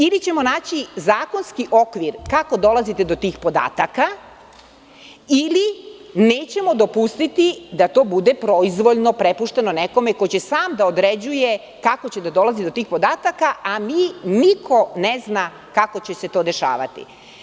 Ili ćemo naći zakonski okvir, kako dolazite do tih podataka, ili nećemo dopustiti da to bude proizvoljno prepušteno nekome ko će sam da određuje kako će da dolazi do tih podataka, a mi, niko ne zna kako će se to dešavati.